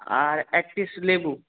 আর এক পিস লেবু